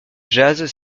jazz